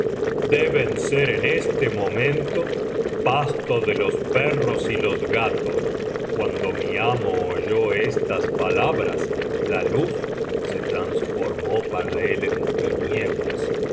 deben ser en este momento pasto de los perros y los gatos cuando mi amo oyó estas palabras la luz se transformó para él en tinieblas